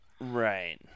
Right